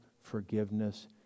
forgiveness